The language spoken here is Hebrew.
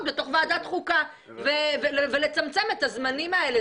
בוועדת חוקה ולצמצם את הזמנים האלה.